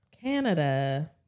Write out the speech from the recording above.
Canada